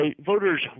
voters